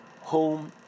home